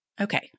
Okay